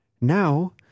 Now